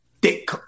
Dick